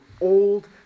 Old